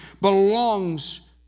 belongs